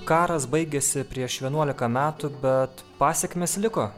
karas baigėsi prieš vienuolika metų bet pasekmės liko